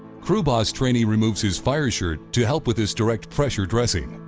crew boss trainee removes his fire shirt to help with this direct pressure dressing.